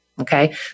okay